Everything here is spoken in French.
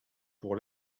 pour